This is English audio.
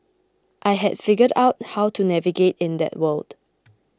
I had figured out how to navigate in that world